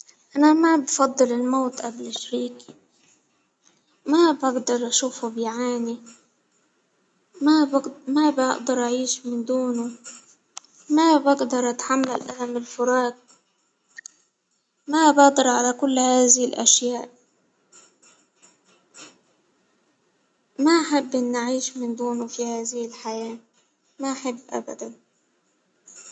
أنا ما بفضل الموت أبل شيريكي ، ما بقدر أشوفه بيعاني، ما ما بقدر أعيش من دونه، ما بقدر أتحمل ألم الفراج، ما بأدر على كل هذه الأشياء ما أحب أعيش من دون في هذه الحياة، ما أحب أبدا.